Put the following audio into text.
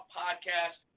podcast